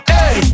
Hey